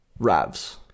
Ravs